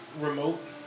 remote